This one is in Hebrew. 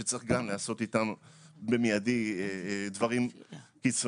שצריך גם לעשות איתן דברים קיצוניים,